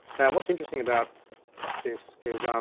what's interesting about this is um